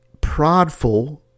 prodful